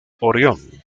orión